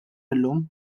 illum